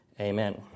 amen